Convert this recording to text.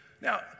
Now